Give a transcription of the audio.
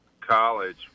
college